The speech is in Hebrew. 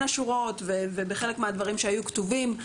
השורות ובחלק מן הדברים שהיו כתובים,